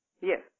Yes